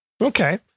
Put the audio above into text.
Okay